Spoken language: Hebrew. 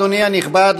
אדוני הנכבד,